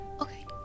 Okay